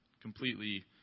completely